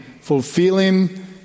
fulfilling